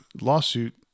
lawsuit